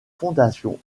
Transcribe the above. fondation